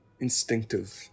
instinctive